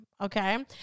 okay